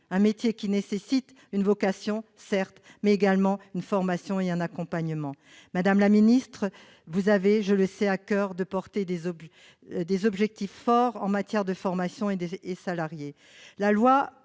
un métier, qui nécessite une vocation, certes, mais également une formation et un accompagnement. Madame la ministre, vous avez à coeur, je le sais, de porter des objectifs forts en matière de formation des salariés,